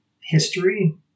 history